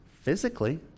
physically